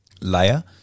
layer